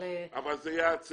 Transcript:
אבל זה ייעצר.